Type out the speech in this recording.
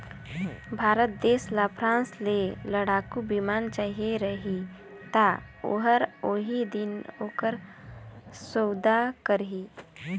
भारत देस ल फ्रांस ले लड़ाकू बिमान चाहिए रही ता ओहर ओही दिन ओकर सउदा करही